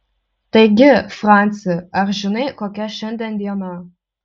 taigi franci ar žinai kokia šiandien diena